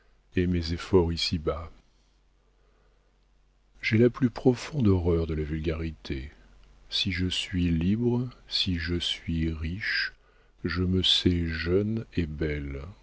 et mes efforts ici-bas j'ai la plus profonde horreur de la vulgarité si je suis libre si je suis riche je me sais jeune et belle